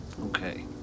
Okay